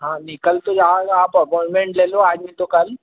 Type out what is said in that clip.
हाँ निकल तो जाएगा आप अपॉइंटमेंट ले लो आज नहीं तो कल